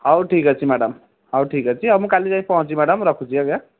ହଉ ଠିକ୍ ଅଛି ମ୍ୟାଡ଼ମ୍ ହଉ ଠିକ୍ ଅଛି ଆଉ ମୁଁ କାଲି ଯାଇଁ ପହଞ୍ଚିବି ମ୍ୟାଡ଼ମ୍ ରଖୁଛି ଆଜ୍ଞା